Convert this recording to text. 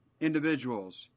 individuals